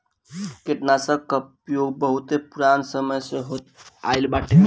कीटनाशकन कअ उपयोग बहुत पुरान समय से होत आइल बाटे